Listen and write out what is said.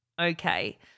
okay